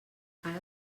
ara